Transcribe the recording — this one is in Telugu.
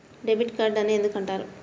డెబిట్ కార్డు అని ఎందుకు అంటారు?